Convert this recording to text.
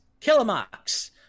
Killamox